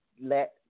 let